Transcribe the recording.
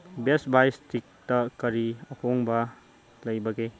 ꯕꯦꯁ ꯕꯥꯏ ꯏꯁꯇꯤꯛꯇ ꯀꯔꯤ ꯑꯍꯣꯡꯕ ꯂꯩꯕꯒꯦ